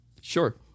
Sure